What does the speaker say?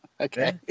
Okay